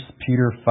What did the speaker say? Peter